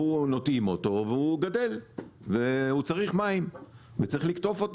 הוא נוטעים אותו והוא גדל והוא צריך מים וצריך לקטוף אותו